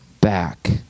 back